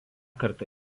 kartą